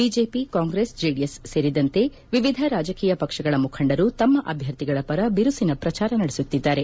BJP Congress JDS ಸೇರಿದಂತೆ ವಿವಿಧ ರಾಜಕೀಯ ಪಕ್ಷಗಳ ಮುಖಂಡರು ತಮ್ನ ಅಭ್ಯರ್ಥಿಗಳ ಪರ ಬಿರುಸಿನ ಪ್ರಚಾರ ನಡೆಸುತ್ತಿದ್ದಾರೆ